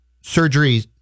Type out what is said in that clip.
surgery